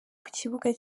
kibuga